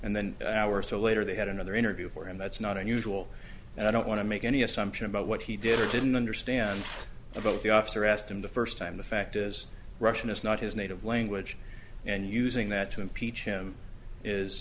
and then hours to later they had another interview for him that's not unusual and i don't want to make any assumption about what he did or didn't understand about the officer asked him the first time the fact is russian is not his native language and using that to impeach him is